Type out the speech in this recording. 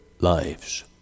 lives